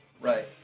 Right